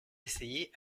essayé